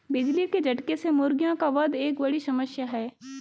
बिजली के झटके से मुर्गियों का वध एक बड़ी समस्या है